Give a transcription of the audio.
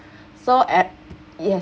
so ac~ yes